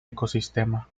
ecosistema